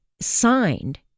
signed